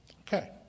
Okay